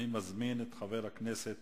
אני מזמין את חבר הכנסת